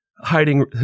hiding